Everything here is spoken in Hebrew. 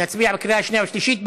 אנחנו נצביע בקריאה שנייה ושלישית,